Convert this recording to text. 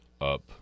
up